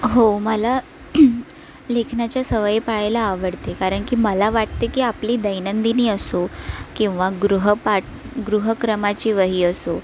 हो मला लेखनाच्या सवयी पाळायला आवडते कारण की मला वाटते की आपली दैनंदिनी असो किंवा गृहपाठ गृहक्रमाची वही असो